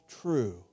true